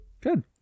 Good